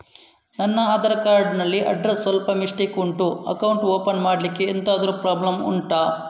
ನನ್ನ ಆಧಾರ್ ಕಾರ್ಡ್ ಅಲ್ಲಿ ಅಡ್ರೆಸ್ ಸ್ವಲ್ಪ ಮಿಸ್ಟೇಕ್ ಉಂಟು ಅಕೌಂಟ್ ಓಪನ್ ಮಾಡ್ಲಿಕ್ಕೆ ಎಂತಾದ್ರು ಪ್ರಾಬ್ಲಮ್ ಉಂಟಾ